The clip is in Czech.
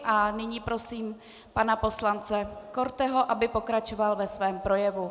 A nyní prosím pana poslance Korteho, aby pokračoval ve svém projevu.